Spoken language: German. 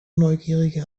neugierige